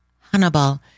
Hannibal